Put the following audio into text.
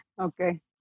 Okay